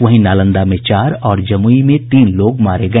वहीं नालंदा में चार और जमुई में तीन लोग मारे गए